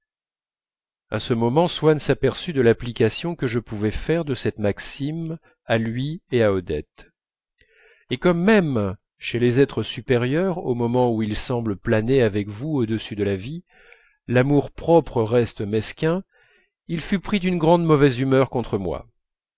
à ce moment swann s'aperçut de l'application que je pouvais faire de cette maxime à lui et à odette et comme même chez les êtres supérieurs au moment où ils semblent planer avec vous au-dessus de la vie l'amour-propre reste mesquin il fut pris d'une mauvaise humeur contre moi